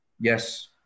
Yes